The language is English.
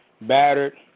battered